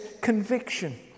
conviction